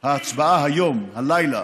ההצבעה היום, הלילה,